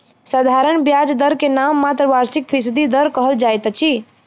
साधारण ब्याज दर के नाममात्र वार्षिक फीसदी दर कहल जाइत अछि